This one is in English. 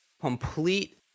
complete